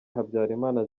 habyarimana